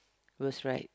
worse right